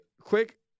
quick